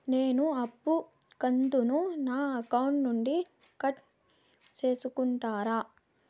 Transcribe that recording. నేను అప్పు కంతును నా అకౌంట్ నుండి కట్ సేసుకుంటారా?